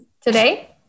Today